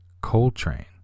Coltrane